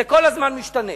זה כל הזמן משתנה.